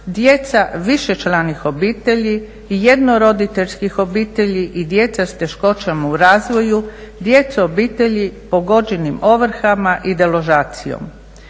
djeca višečlanih obitelji i jednoroditeljskih obitelji i djeca s teškoćama u razvoju, djeca obitelji pogođeni ovrhama i deložacijom.